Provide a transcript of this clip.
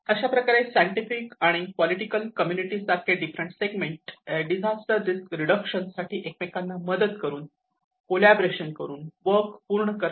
अशा प्रकारे सायंटिफिक आणि पॉलिटिकल कम्युनिटी सारखे different segment disaster risk reduction साठी एकमेकांना मदत करून कोलॅबोरेशन करून वर्क पूर्ण करतात